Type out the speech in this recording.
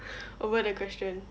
over the question